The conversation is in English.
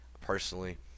personally